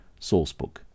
sourcebook